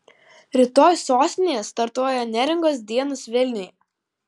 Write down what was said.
rytoj sostinėje startuoja neringos dienos vilniuje